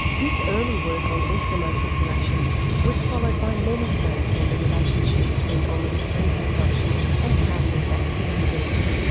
this early work on eskimo populations was followed by many studies on the relationship between omega three consumption and cardiovascular disease.